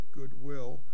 goodwill